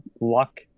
luck